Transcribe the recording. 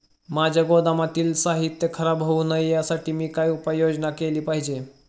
माझ्या गोदामातील साहित्य खराब होऊ नये यासाठी मी काय उपाय योजना केली पाहिजे?